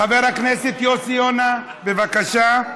חבר הכנסת יוסי יונה, בבקשה.